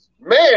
Man